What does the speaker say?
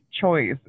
choice